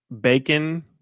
bacon